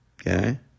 Okay